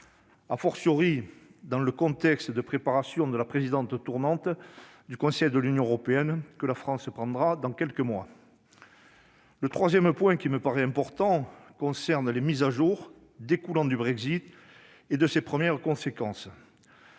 européen, dans le contexte de préparation de la présidence tournante du Conseil de l'Union européenne que la France assumera dans quelques mois. Le troisième point qui me paraît important concerne les mises à jour découlant du Brexit et de ses premières conséquences.